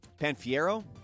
Panfiero